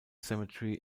cemetery